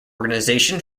organization